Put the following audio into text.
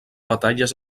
batalles